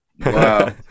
wow